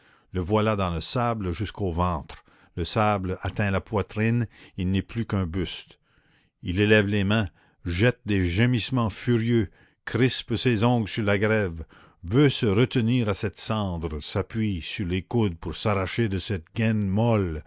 le voilà dans le sable jusqu'au ventre le sable atteint la poitrine il n'est plus qu'un buste il élève les mains jette des gémissements furieux crispe ses ongles sur la grève veut se retenir à cette cendre s'appuie sur les coudes pour s'arracher de cette gaine molle